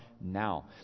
now